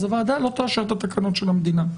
אז הוועדה לא תאשר את התקנות של המדינה.